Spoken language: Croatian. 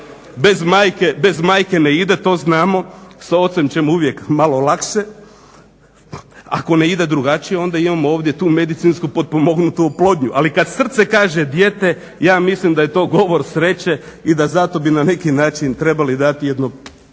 bez majke ne ide to znamo s ocem ćemo uvijek malo lakše, ako ne ide drugačije onda imamo tu ovdje medicinsku pomognutu oplodnju. Ali kada srce kaže dijete ja mislim daje to govor sreće i da zato bi na neki način trebali dati jedno